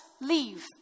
leave